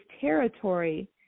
territory